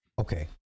Okay